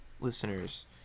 listeners